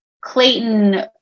Clayton